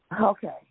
Okay